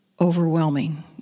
Overwhelming